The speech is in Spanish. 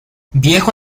viejo